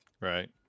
Right